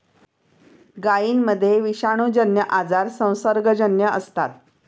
गायींमध्ये विषाणूजन्य आजार संसर्गजन्य असतात